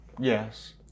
Yes